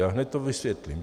A hned to vysvětlím.